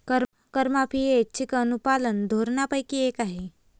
करमाफी ही ऐच्छिक अनुपालन धोरणांपैकी एक आहे